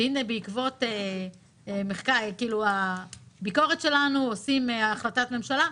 שהנה בעקבות הביקורת שלכם עושים החלטת ממשלה.